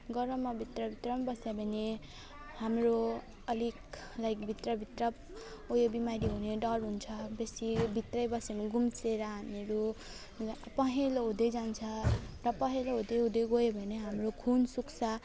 गरममा भित्र भित्र पनि बस्यो भने हाम्रो अलिक लाइक भित्र भित्र उयो बिमारी हुने डर हुन्छ बेसी भित्रै बस्यो भने गुम्सिएर हामीहरू लाइक पहेँलो हुँदैजान्छ र पहेँलो हुँदै हुँदै गयो भने हाम्रो खुन सुक्छ